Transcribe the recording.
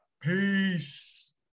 Peace